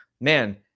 man